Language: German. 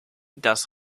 das